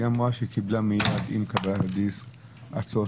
היא אמרה שהיא קיבלה עם קבלת הדיסק הצעות